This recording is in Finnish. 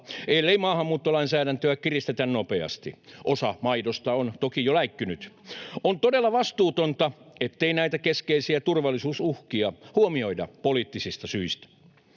ellei maahanmuuttolainsäädäntöä kiristetä nopeasti. Osa maidosta on toki jo läikkynyt. On todella vastuutonta, ettei näitä keskeisiä turvallisuusuhkia huomioida poliittisista syistä.